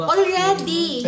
Already